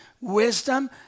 wisdom